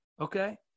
okay